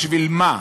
בשביל מה?